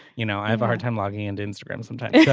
you know i have a hard time logging and instagram sometimes yeah